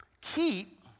Keep